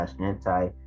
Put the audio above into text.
anti